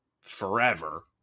forever